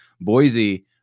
Boise